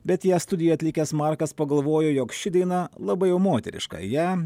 bet ją studijoj atlikęs markas pagalvojo jog ši daina labai jau moteriška ją